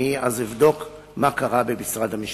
אני אז אבדוק מה קרה במשרד המשפטים.